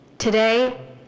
Today